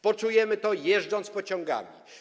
Poczujemy to, jeżdżąc pociągami.